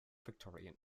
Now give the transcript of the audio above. victorian